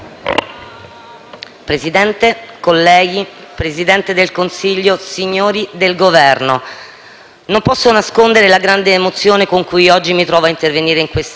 Presidente, colleghi, Presidente del Consiglio, signori del Governo, non posso nascondere la grande emozione con cui oggi mi trovo ad intervenire in quest'Aula.